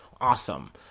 Awesome